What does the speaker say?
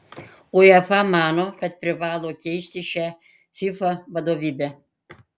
uefa mano kad privalo keisti šią fifa vadovybę